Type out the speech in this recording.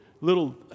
little